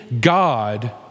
God